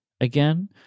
again